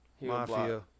Mafia